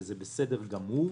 וזה בסדר גמור.